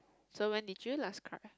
so when did you last cry